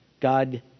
God